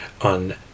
on